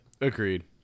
agreed